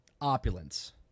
Opulence